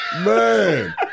man